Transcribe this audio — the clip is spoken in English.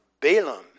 Balaam